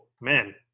man